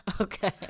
Okay